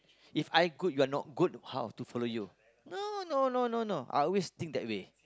If I good you're not good how to follow you no no no no I always think that way